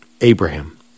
Abraham